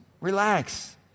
relax